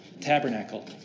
tabernacle